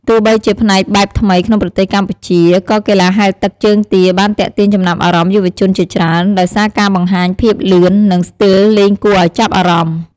ទោះបីជាជាផ្នែកបែបថ្មីក្នុងប្រទេសកម្ពុជា ក៏កីឡាហែលទឹកជើងទាបានទាក់ទាញចំណាប់អារម្មណ៍យុវជនជាច្រើន ដោយសារការបង្ហាញភាពលឿន និងស្ទីលលេងគួរឱ្យចាប់អារម្មណ៍។